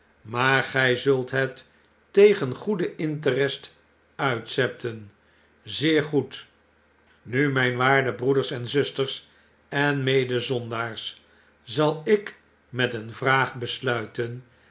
maar gy zult het tegen goeden interest uitzetten zeer goed nu myn waarde broeders en zusters en medezondaars zal ik met een vraag besluiten